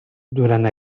durant